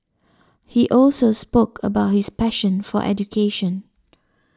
he also spoke about his passion for education